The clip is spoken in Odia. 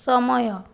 ସମୟ